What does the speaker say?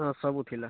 ହଁ ସବୁ ଥିଲା